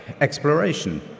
exploration